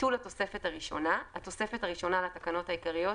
ביטול התוספת הראשונה התוספת הראשונה לתקנות העיקריות,